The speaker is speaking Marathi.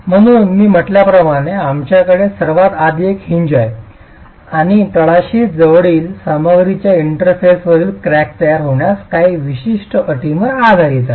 म्हणून मी म्हटल्याप्रमाणे आमच्याकडे सर्वात आधी एक हिंज आहे आणि तळाशीच जवळील सामग्रीच्या इंटरफेसवरील क्रॅक तयार होण्याच्या काही विशिष्ट अटींवर आधारित आहे